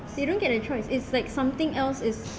you don't get a choice it's like something else is